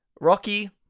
Rocky